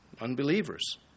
unbelievers